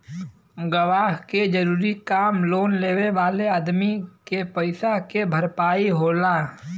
गवाह के जरूरी काम लोन लेवे वाले अदमी के पईसा के भरपाई के होला